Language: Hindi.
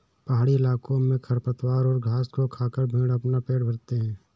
पहाड़ी इलाकों में खरपतवारों और घास को खाकर भेंड़ अपना पेट भरते हैं